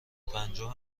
پنجم